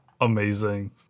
amazing